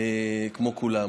כמו כולם.